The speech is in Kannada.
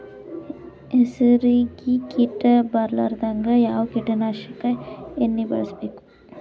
ಹೆಸರಿಗಿ ಕೀಟ ಬರಲಾರದಂಗ ಯಾವ ಕೀಟನಾಶಕ ಎಣ್ಣಿಬಳಸಬೇಕು?